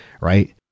right